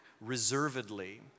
reservedly